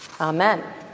Amen